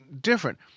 different